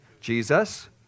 Jesus